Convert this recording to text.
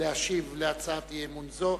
להשיב להצעת אי-אמון זו,